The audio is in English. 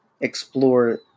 explore